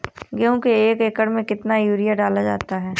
गेहूँ के एक एकड़ में कितना यूरिया डाला जाता है?